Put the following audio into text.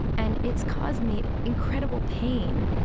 and it's caused me incredible pain.